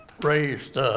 raised